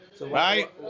right